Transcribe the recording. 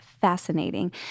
fascinating